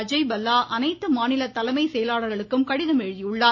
அஜய் பல்லா அனைத்து மாநில தலைமை செயலாளர்களுக்கும் கடிதம் எழுதியுள்ளார்